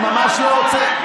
אני ממש לא רוצה,